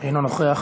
אינו נוכח,